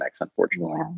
unfortunately